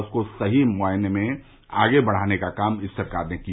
उसको सही मायने में आगे बढ़ाने का काम इस सरकार ने किया